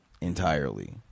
entirely